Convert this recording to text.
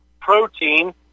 protein